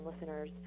listeners